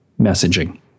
messaging